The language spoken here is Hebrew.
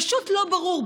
פשוט לא ברור,